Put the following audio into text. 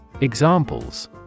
Examples